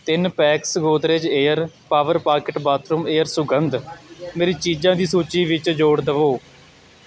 ਤਿੰਨ packs Godrej air power pocket bathroom air ਸੁਗੰਧ ਮੇਰੀ ਚੀਜ਼ਾਂ ਦੀ ਸੂਚੀ ਵਿੱਚ ਜੋੜ ਦਵੋ